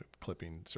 clipping